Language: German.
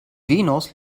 venus